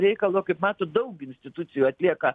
reikalo kaip matot daug institucijų atlieka